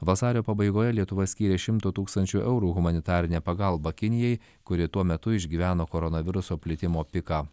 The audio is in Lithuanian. vasario pabaigoje lietuva skyrė šimto tūkstančių eurų humanitarinę pagalbą kinijai kuri tuo metu išgyveno koronaviruso plitimo piką